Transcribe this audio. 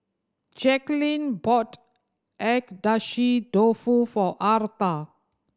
Jacquelynn bought Agedashi Dofu for Arta